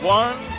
one